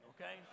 okay